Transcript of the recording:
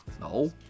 No